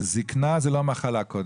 זקנה היא לא מחלה.